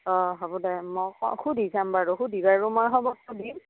অঁ হ'ব দে মই কম সুধি চাম বাৰু সুধি বাৰু মই খবৰটো দিম